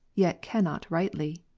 yet cannot rightly,